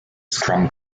scrum